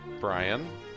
brian